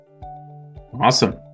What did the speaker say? Awesome